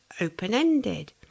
open-ended